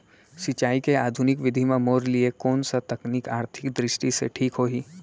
सिंचाई के आधुनिक विधि म मोर लिए कोन स तकनीक आर्थिक दृष्टि से ठीक होही?